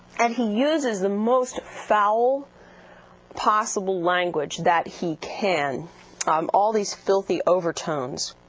and he uses the most foul possible language that he can um all these filthy overtones.